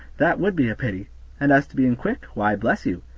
that would be a pity and as to being quick, why, bless you!